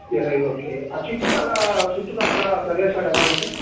ఇరవై ఓకే ఆ చుట్టుపక్కల ప్రదేశాలు ఎలా ఉంటాయి